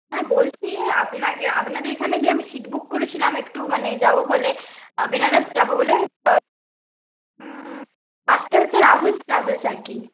হ্যাঁ বলছি আপনাকে আপনাদের এখানে যে আমি সিট বুক করেছিলাম একটু মানে যাব বলে বেনারস যাব বলে বাসটা হচ্ছে রাহুলস ট্রাভেলস আর কি